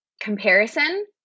comparison